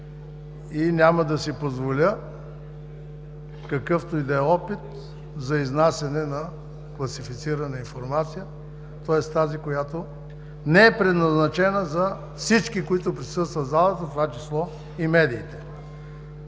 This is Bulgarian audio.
и няма да си позволя какъвто и да е опит за изнасяне на класифицирана информация, тоест тази, която не е предназначена за всички, които присъстват в залата, в това число и медиите.